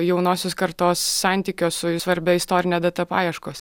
jaunosios kartos santykio su svarbia istorine data paieškos